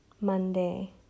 Monday